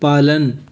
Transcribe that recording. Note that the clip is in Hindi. पालन